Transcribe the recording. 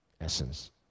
essence